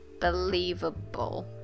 believable